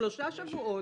שלושה שבועות.